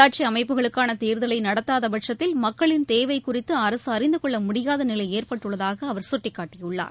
உள்ளாட்சி அமைப்புகளுக்கான தேர்தலை நடத்தாத பட்சத்தில் மக்களின் தேவை குறித்து அரசு அறிந்து கொள்ள முடியாத நிலை ஏற்பட்டுள்ளதாக அவர் சுட்டிக்காட்டியுள்ளார்